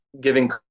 giving